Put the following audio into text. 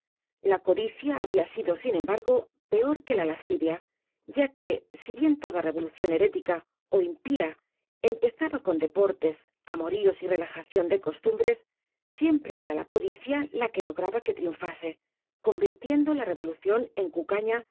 la codicia había sido sin embargo peor que la lascivia ya que si bien toda revolución herética ó impía empezaba con de portes amoríos y relajación de costumbres siem pre era la codicia la que lograba que triunfase con virtiendo la revolución en